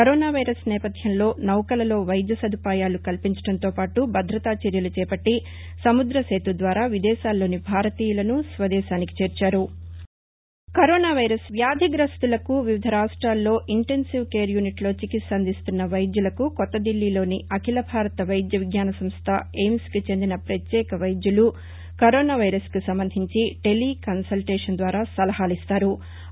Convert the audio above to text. corona virus నేపథ్యంలో నౌకలలో వైద్య సదుపాయాలు కల్పించడంతోపాటు భద్రత చర్యలు చేపట్లి సముద్ర సేతు ద్వారా విదేశాల్లోని భారతీయులను స్వదేశానికి చేర్చారు కరోనా వైరస్ బాధితులు వివిధ రాష్ట్రాల్లో ఇంటెన్సివ్ కేర్ యూనిట్లో చికిత్స అందిస్తున్న వైద్యులకు కొత్తదిల్లీలోని అఖిల భారత వైద్య విజ్ఞాన సంస్ట ఎయిమ్స్కు చెందిన ప్రత్యేక వైద్యులు టెలి కన్సల్టేషన్ ద్వారా సలహాలు ఇస్తారు